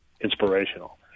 inspirational